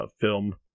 film